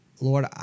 Lord